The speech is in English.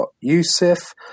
Yusuf